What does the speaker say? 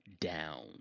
down